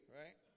right